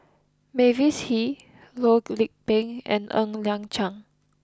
Mavis Hee Loh Lik Peng and Ng Liang Chiang